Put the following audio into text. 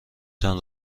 تان